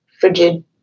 Frigid